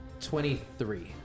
Twenty-three